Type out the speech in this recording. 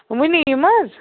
وٕنی یِم حظ